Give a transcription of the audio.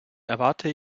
erwarte